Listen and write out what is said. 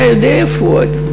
אתה יודע, פואד,